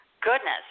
Goodness